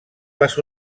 les